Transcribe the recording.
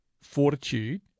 fortitude